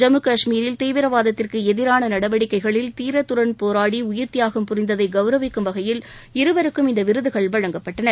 ஜம்மு காஷ்மீரில் தீவிரவாதத்திற்கு எதிரான நடவடிக்கைகளில் தீரத்துடன் போராடி உயிர்த்தியாகம் புரிந்ததை கௌரவிக்கும் வகையில் இருவருக்கும் இந்த விருதுகள் வழங்கப்பட்டன